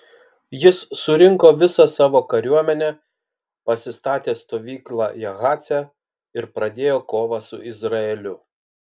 jis surinko visą savo kariuomenę pasistatė stovyklą jahace ir pradėjo kovą su izraeliu